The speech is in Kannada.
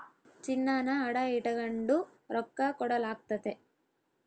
ಚಿನ್ನಾನ ಅಡ ಇಟಗಂಡು ರೊಕ್ಕ ಕೊಡಲಾಗ್ತತೆ